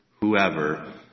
whoever